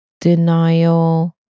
denial